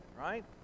right